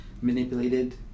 manipulated